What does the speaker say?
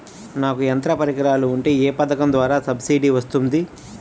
నాకు యంత్ర పరికరాలు ఉంటే ఏ పథకం ద్వారా సబ్సిడీ వస్తుంది?